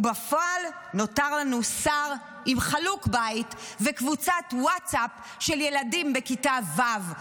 ובפועל נותר לנו שר עם חלוק בית וקבוצת ווטסאפ של ילדים בכיתה ו'.